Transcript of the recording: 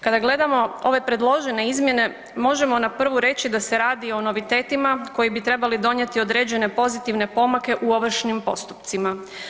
Kada gledamo ove predložene izmjene možemo na prvu reći da se radi o novitetima koji bi trebali donijeti određene pozitivne pomake u ovršnim postupcima.